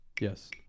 Yes